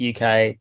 UK